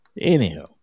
Anyhow